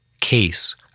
case